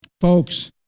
Folks